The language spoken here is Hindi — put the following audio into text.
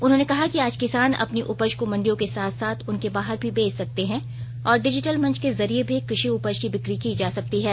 उन्होंने कहा कि आज किसान अपनी उपज को मंडियों के साथ साथ उनके बाहर भी बेच सकते हैं और डिजिटल मंच के जरिए भी कृषि उपज की बिक्री की जा सकती है